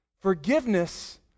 forgiveness